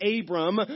Abram